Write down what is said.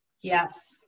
yes